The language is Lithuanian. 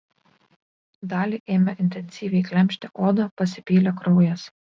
dali ėmė intensyviai gremžti odą pasipylė kraujas